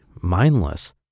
mindless